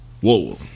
whoa